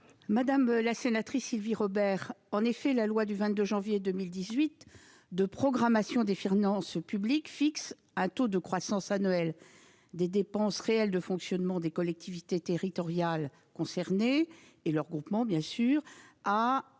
Madame la sénatrice, en effet, la loi du 22 janvier 2018 de programmation des finances publiques fixe un taux de croissance annuelle des dépenses réelles de fonctionnement des collectivités territoriales concernées et de leurs groupements à